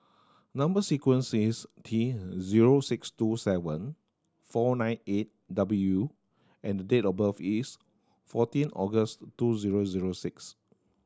number sequence is T zero six two seven four nine eight W and the date of birth is fourteen August two zero zero six